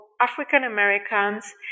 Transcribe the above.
African-Americans